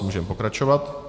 Můžeme pokračovat.